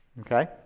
okay